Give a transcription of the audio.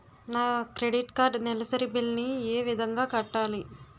నా credit card నెలసరి bill ని ఏ విధంగా కట్టాలి?